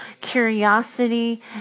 curiosity